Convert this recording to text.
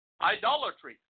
Idolatry